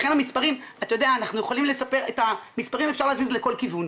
את המספרים אפשר להזיז לכל כיוון.